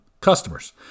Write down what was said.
customers